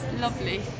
lovely